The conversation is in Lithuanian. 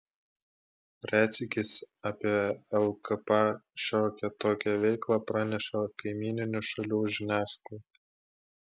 retsykiais apie lkp šiokią tokią veiklą praneša kaimyninių šalių žiniasklaida